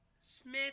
Smith